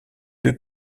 deux